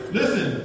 listen